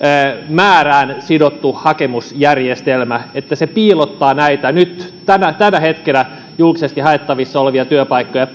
määrään sidottu hakemusjärjestelmä piilottaa näitä nyt tällä hetkellä julkisesti haettavissa olevia työpaikkoja